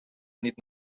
niet